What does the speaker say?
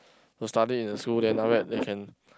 to study in school then after that they can